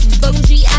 bougie